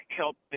help